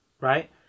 right